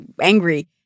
angry